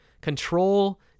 Control